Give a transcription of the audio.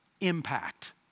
impact